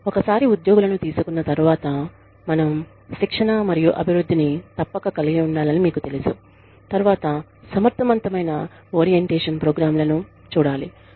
ఒకసారి ఉద్యోగులను తీసుకున్న తర్వాత మనం శిక్షణ మరియు అభివృద్ధిని తప్పక కలిగి ఉండాలని మీకు తెలుసు తర్వాత సమర్థవంతమైన ఒరీఎంటేషన్ ప్రోగ్రాం లను చూడాలి